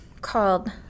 called